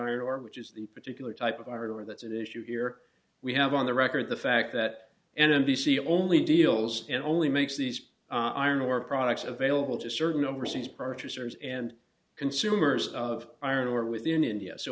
iron ore which is the particular type of artillery that's at issue here we have on the record the fact that an n b c only deals in only makes these iron ore products available to certain overseas purchasers and consumers of iron ore within india so